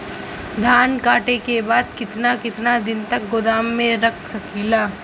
धान कांटेके बाद कितना दिन तक गोदाम में रख सकीला?